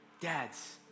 Dads